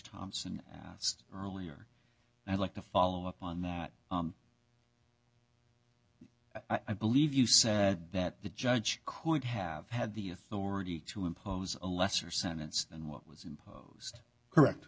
thompson asked earlier and i'd like to follow up on that i believe you said that the judge could have had the authority to impose a lesser sentence than what was imposed correct